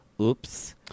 oops